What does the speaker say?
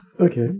Okay